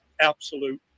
absolute